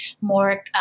more